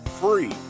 free